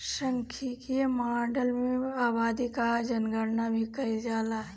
सांख्यिकी माडल में आबादी कअ जनगणना भी कईल जाला